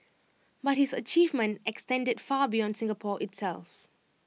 but his achievement extended far beyond Singapore itself